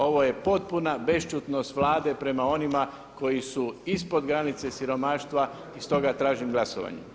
Ovo je potpuna bešćutnost Vlade prema onima koji su ispod granice siromaštva i stoga tražim glasovanje.